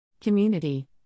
Community